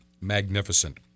magnificent